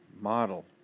model